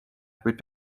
kuid